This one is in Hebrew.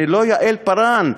אני לא יעל פארן,